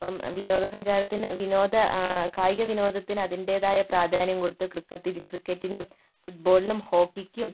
ഇപ്പം വിനോദസഞ്ചാരത്തിന് വിനോദ കായിക വിനോദത്തിന് അതിൻ്റെതായ പ്രാധാന്യം കൊടുത്ത് ക്രിക്കത്തി ക്രിക്കറ്റിനും ഫുട്ബോളിനും ഹോക്കിക്കും